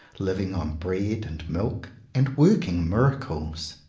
living on bread and milk, and working miracles!